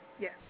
Yes